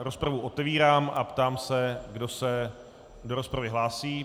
Rozpravu otevírám a ptám se, kdo se do rozpravy hlásí.